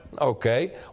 Okay